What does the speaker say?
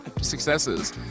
successes